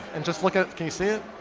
and just look at, can you see it?